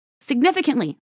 significantly